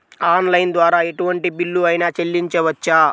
Online ద్వారా ఎటువంటి bill అయినా చెల్లించవచ్చా?